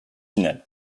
finale